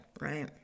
right